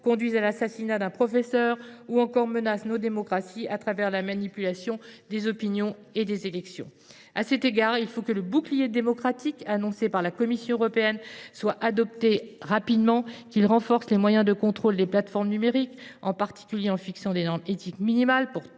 conduisent à l’assassinat d’un professeur, ou encore menacent nos démocraties au travers de la manipulation des opinions et des élections. Il faut à cet égard que le bouclier européen de la démocratie annoncé par la Commission européenne soit adopté rapidement. Il devra renforcer les moyens de contrôle des plateformes numériques, en particulier en fixant des normes éthiques minimales